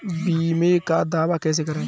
बीमे का दावा कैसे करें?